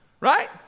right